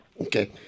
Okay